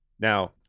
Now